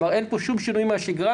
אין פה שום שינוי מן השגרה,